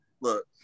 Look